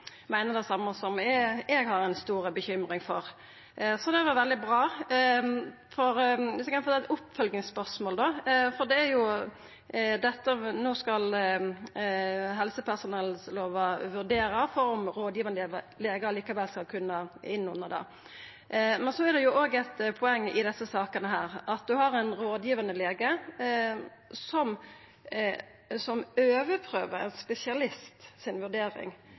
meiner det same som eg, som har ei stor bekymring for dette. Det er veldig bra. Viss eg kan få koma med eit oppfølgingsspørsmål: No skal ein vurdera om rådgivande legar likevel skal koma inn under helsepersonallova. Men det er òg eit poeng i desse sakene at ein har ein rådgivande lege som overprøver vurderinga til ein spesialist, som overprøver vurderinga til ein